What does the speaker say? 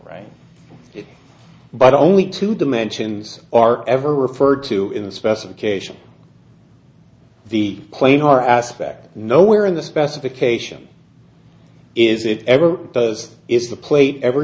right but only two dimensions are ever referred to in the specification the plane or aspect no where in the specification is it ever does is the plate ever